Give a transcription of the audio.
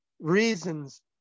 reasons